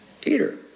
peter